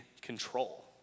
control